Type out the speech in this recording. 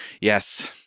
Yes